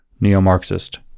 neo-Marxist